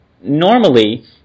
Normally